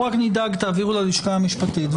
העברתם ללשכה המשפטית.